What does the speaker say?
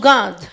God